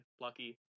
lucky